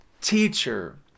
teacher